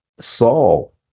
Saul